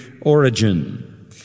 origin